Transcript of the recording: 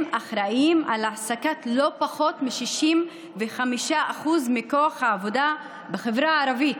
והם אחראים על העסקת לא פחות מ-65% מכוח העבודה בחברה הערבית.